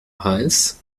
hals